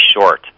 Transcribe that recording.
short